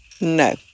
No